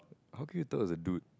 how could you thought it's a dude